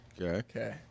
Okay